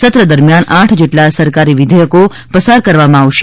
સત્ર દરમ્યાન આઠ જેટલા સરકારી વિધયકો પસાર કરવામાં આવશે